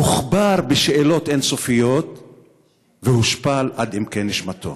הוכבר בשאלות אין-סופיות והושפל עד עמקי נשמתו.